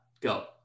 Go